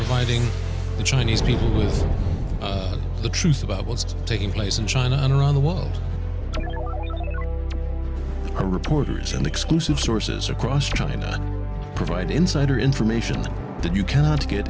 fighting the chinese people is the truth about what's taking place in china and around the world are reporters and exclusive sources across china provide insider information that you cannot get